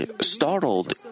startled